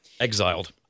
exiled